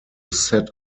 set